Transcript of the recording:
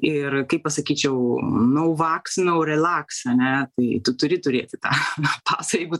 ir kaip pasakyčiau nau vaks nau relaks ane tai turi turėti tą pasą jeigu